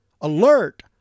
Alert